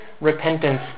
repentance